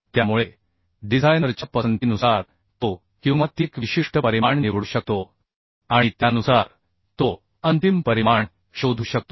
त्यामुळे डिझायनरच्या पसंतीनुसार तो किंवा ती एक विशिष्ट परिमाण निवडू शकतो आणि त्यानुसार तो अंतिम परिमाण शोधू शकतो